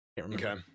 okay